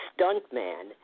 stuntman